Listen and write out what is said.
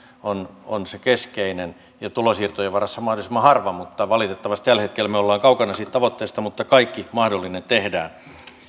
on on se keskeinen ja tulonsiirtojen varassa mahdollisimman harva valitettavasti tällä hetkellä me olemme kaukana siitä tavoitteesta mutta kaikki mahdollinen tehdään